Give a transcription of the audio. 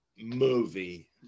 movie